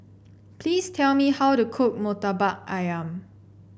please tell me how to cook Murtabak ayam